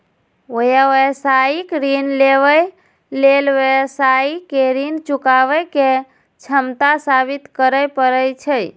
व्यावसायिक ऋण लेबय लेल व्यवसायी कें ऋण चुकाबै के क्षमता साबित करय पड़ै छै